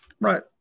right